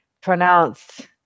Pronounced